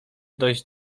dość